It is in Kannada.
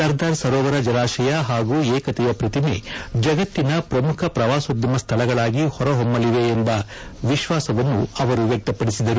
ಸರ್ದಾರ್ ಸರೋವರ ಜಲಾಶಯ ಹಾಗೂ ಏಕತೆಯ ಪ್ರತಿಮೆ ಜಗತ್ತಿನ ಪ್ರಮುಖ ಪ್ರವಾಸೋದ್ಯಮ ಸ್ಥಳಗಳಾಗಿ ಹೊರಹೊಮ್ಟಲಿದೆ ಎಂಬ ವಿಶ್ವಾಸವನ್ನು ಅವರು ವ್ಯಕ್ತಪಡಿಸಿದರು